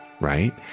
right